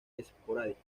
esporádica